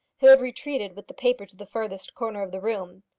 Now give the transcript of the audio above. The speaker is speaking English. who had retreated with the paper to the furthest corner of the room.